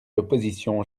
l’opposition